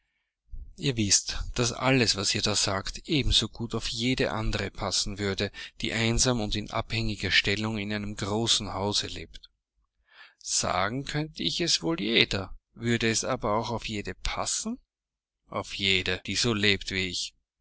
ihr wißt daß alles was ihr da sagt ebenso gut auf jede andere passen würde die einsam und in abhängiger stellung in einem großen hause lebt sagen könnte ich es wohl jeder würde es aber auch auf jede passen auf jede die so lebt wie ich